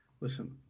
listen